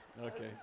Okay